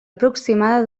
aproximada